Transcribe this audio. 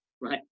right